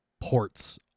ports